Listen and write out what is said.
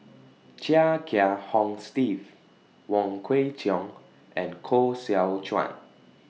Chia Kiah Hong Steve Wong Kwei Cheong and Koh Seow Chuan